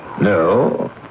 No